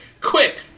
Quick